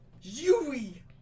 Yui